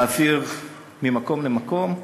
להעביר ממקום למקום.